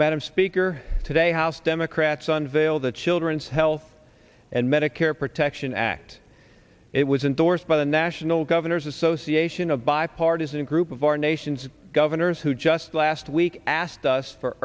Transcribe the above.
madam speaker today house democrats on veil the children's health and medicare protection act it was indorsed by the national governors association a bipartisan group of our nation's governors who just last week asked us for